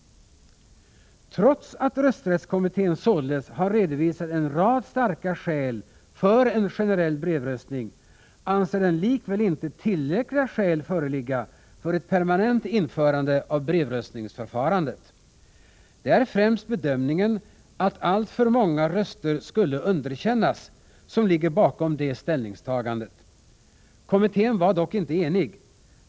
Trots att rösträttskommittén således har redovisat en rad starka skäl för en generell brevröstning anser den likväl inte tillräckliga skäl föreligga för ett permanent införande av brevröstningsförfarandet. Det är främst bedömningen att alltför många röster skulle underkännas som ligger bakom det ställningstagandet. Kommittén var dock inte enig.